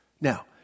Now